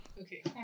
Okay